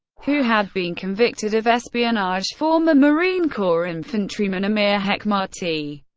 who had been convicted of espionage, former marine corps infantryman amir hekmati,